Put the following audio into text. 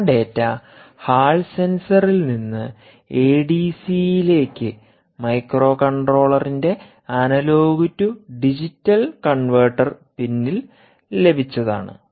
ആ data hall സെൻസറിൽ നിന്ന് എഡിസിയിലേക്ക് മൈക്രോകൺട്രോളറിന്റെ analog to digital converter pin ഇൽ ലഭിച്ചതാണ്